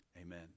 Amen